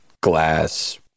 glass